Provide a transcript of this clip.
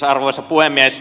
arvoisa puhemies